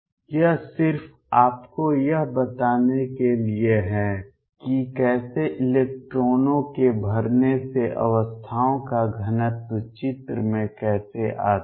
यह सिर्फ आपको यह बताने के लिए है कि कैसे इलेक्ट्रानों के भरने से अवस्थाओं का घनत्व चित्र में कैसे आता है